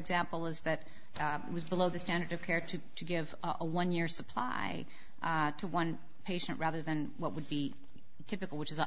example is that it was below the standard of care to give a one year supply to one patient rather than what would be typical which is a